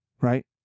Right